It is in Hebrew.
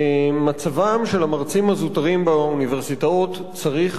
מצבם של המרצים הזוטרים באוניברסיטאות צריך